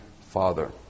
Father